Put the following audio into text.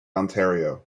ontario